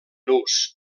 nus